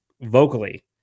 vocally